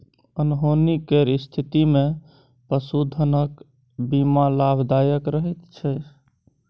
अनहोनी केर स्थितिमे पशुधनक बीमा लाभदायक रहैत छै